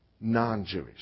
non-Jewish